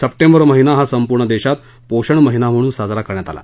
September महिना हा संपूर्ण देशात पोषण महिना म्हणून साजरा करण्यात आला